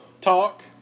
Talk